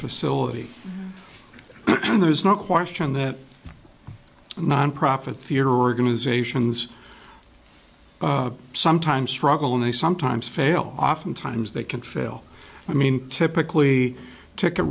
facility there's no question that nonprofit thier organizations sometimes struggle and they sometimes fail oftentimes they can fail i mean typically ticke